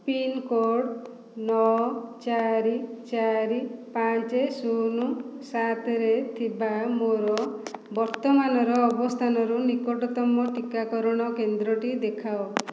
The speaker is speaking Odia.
ପିନ୍ କୋଡ୍ ନଅ ଚାରି ଚାରି ପାଞ୍ଚ ଶୂନ ସାତରେ ଥିବା ମୋର ବର୍ତ୍ତମାନର ଅବସ୍ଥାନରୁ ନିକଟତମ ଟିକାକରଣ କେନ୍ଦ୍ରଟି ଦେଖାଅ